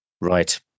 Right